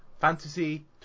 Fantasy